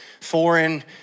Foreign